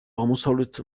აღმოსავლეთ